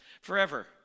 forever